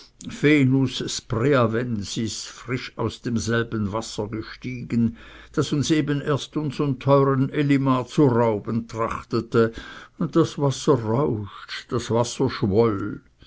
frisch aus demselben wasser gestiegen das uns eben erst unsern teuren elimar zu rauben trachtete das wasser rauscht das wasser schwoll